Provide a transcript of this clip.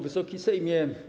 Wysoki Sejmie!